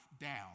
down